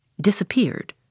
disappeared